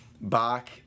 Bach